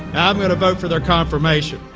um going to vote for their confirmation.